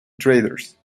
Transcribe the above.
traders